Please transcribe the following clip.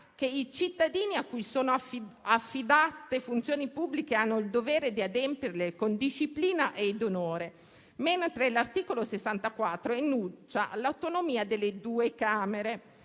che i cittadini a cui sono affidate funzioni pubbliche hanno il dovere di adempierle con disciplina ed onore, mentre l'articolo 64 enuncia l'autonomia delle due Camere.